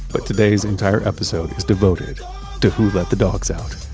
but today's entire episode is devoted to who let the dogs out.